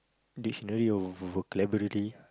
dictionary or vocabulary